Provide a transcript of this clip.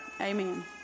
Amen